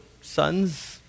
sons